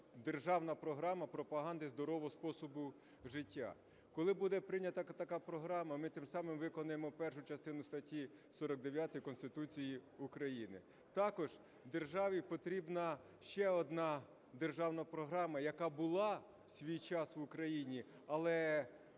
державна програма пропаганди здорового способу життя. Коли буде прийнята така програма, ми тим самим виконаємо першу частину статті 49 Конституції України. Також державі потрібна ще одна державна програма, яка була в свій час в Україні, але